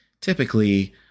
typically